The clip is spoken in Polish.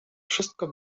wszystko